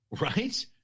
Right